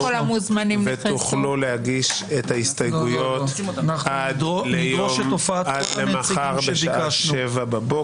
ותוכלו להגיש את ההסתייגויות עד מחר בשעה 07:00 בבוקר.